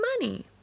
money